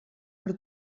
per